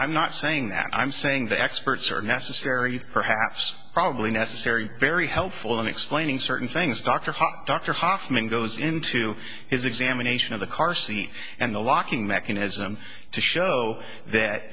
i'm not saying that i'm saying the experts are necessary perhaps probably necessary very helpful in explaining certain things dr hot dr hofman goes into his examination of the car seat and the locking mechanism to show that